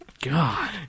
god